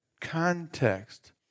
context